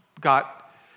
got